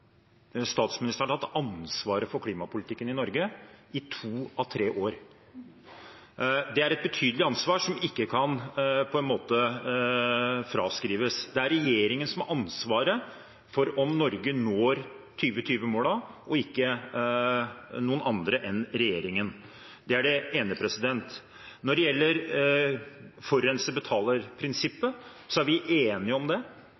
tatt ansvaret for klimapolitikken i Norge i to av tre år. Det er et betydelig ansvar som ikke kan fraskrives. Det er regjeringen som har ansvaret for om Norge når 2020-målene, og ikke noen andre enn regjeringen. Det er det ene. Når det gjelder forurenser betaler-prinsippet, er vi enige om det.